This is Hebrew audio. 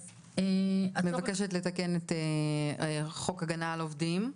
את מבקשת לתקן את חוק הגנה על עובדים.